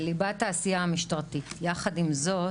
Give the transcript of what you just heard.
בליבת העשייה המשטרתית, יחד עם זאת,